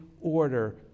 order